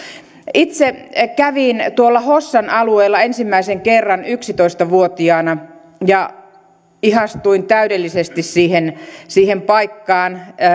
itse kävin hossan alueella ensimmäisen kerran yksitoista vuotiaana ja ihastuin täydellisesti siihen siihen paikkaan